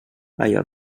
allò